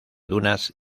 dunas